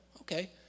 okay